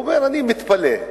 הוא אומר: אני מתפלא,